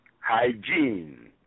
hygiene